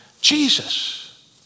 Jesus